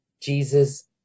Jesus